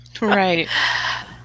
Right